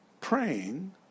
praying